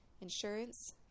Insurance